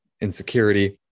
insecurity